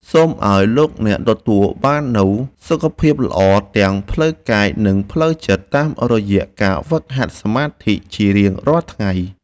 សូមឱ្យលោកអ្នកទទួលបាននូវសុខភាពល្អទាំងផ្លូវកាយនិងផ្លូវចិត្តតាមរយៈការហ្វឹកហាត់សមាធិជារៀងរាល់ថ្ងៃ។